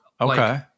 okay